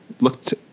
looked